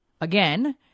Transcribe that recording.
again